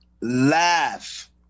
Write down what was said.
Laugh